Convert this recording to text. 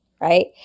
right